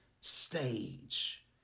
stage